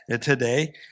today